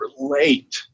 relate